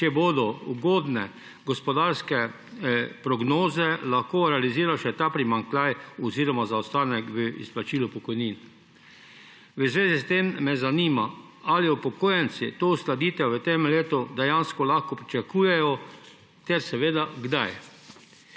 če bodo ugodne gospodarske prognoze, lahko realiziral še ta primanjkljaj oziroma zaostanek v izplačilu pokojnin. V zvezi s tem me zanima: Ali upokojenci to uskladitev v tem letu dejansko lahko pričakujejo ter kdaj?